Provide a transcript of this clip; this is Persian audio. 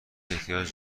احتیاج